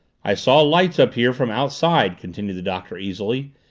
i saw lights up here from outside, continued the doctor easily.